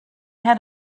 had